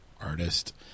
artist